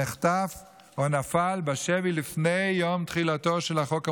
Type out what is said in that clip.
נחטף או נפל בשבי לפני יום תחילתו של החוק המוצע,